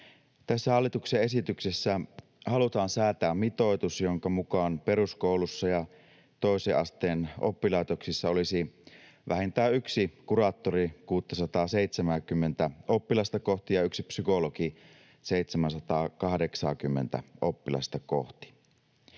hallituksen esityksessä halutaan säätää mitoitus, jonka mukaan peruskoulussa ja toisen asteen oppilaitoksissa olisi vähintään yksi kuraattori 670:tä oppilasta kohti ja yksi psykologi 780:tä oppilasta kohti.